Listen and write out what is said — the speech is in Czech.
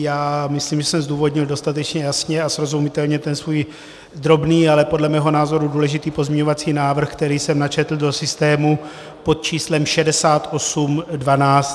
Já myslím, že jsem zdůvodnil dostatečně jasně a srozumitelně ten svůj drobný, ale podle mého názoru důležitý pozměňovací návrh, který jsem načetl do systému pod číslem 6812.